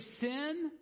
sin